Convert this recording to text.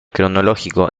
cronológico